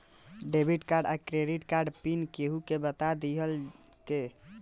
Debit या credit card pin केहूके बता दिहला से का नुकसान ह?